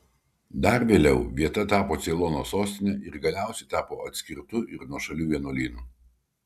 dar vėliau vieta tapo ceilono sostine ir galiausiai tapo atskirtu ir nuošaliu vienuolynu